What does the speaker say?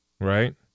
Right